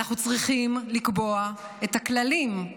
אנחנו צריכים לקבוע את הכללים.